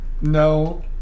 No